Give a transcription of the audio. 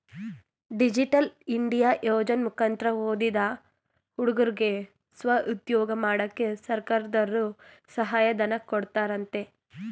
digital India ಯೋಜನೆ ಮುಕಂತ್ರ ಓದಿದ ಹುಡುಗುರ್ಗೆ ಸ್ವಉದ್ಯೋಗ ಮಾಡಕ್ಕೆ ಸರ್ಕಾರದರ್ರು ಸಹಾಯ ಧನ ಕೊಡ್ತಾರಂತೆ